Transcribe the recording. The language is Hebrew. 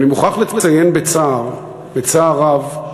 אני מוכרח לציין בצער, בצער רב,